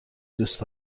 دوست